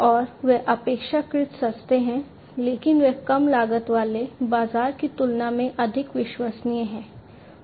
और वे अपेक्षाकृत सस्ते हैं लेकिन वे कम लागत वाले बाजार की तुलना में अधिक विश्वसनीय हैं